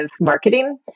marketing